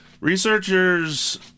Researchers